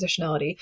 positionality